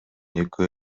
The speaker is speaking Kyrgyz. экөө